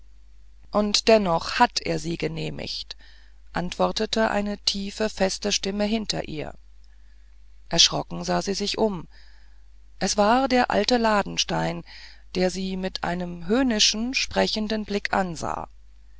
und dennoch hat er sie genehmigt antwortete eine tiefe feste stimme hinter ihr erschrocken sah sie sich um es war der alte ladenstein der sie mit einem höhnischen sprechenden blicke ansah